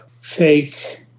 fake